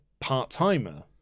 part-timer